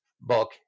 book